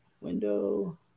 window